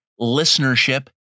listenership